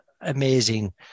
amazing